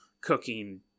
cooking